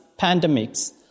pandemics